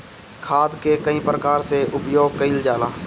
खाद कअ कई प्रकार से उपयोग कइल जाला